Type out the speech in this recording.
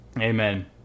Amen